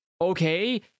okay